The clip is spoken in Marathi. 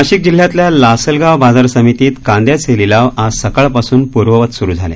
नाशिक जिल्ह्यातल्या लासलगाव बाजार समितीत कांद्याचे लिलाव आज सकाळपासून पूर्ववत सुरू झाले